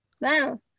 Wow